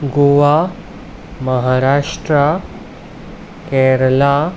Goa Maharashtra Kerala